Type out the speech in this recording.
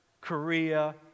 Korea